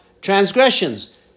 transgressions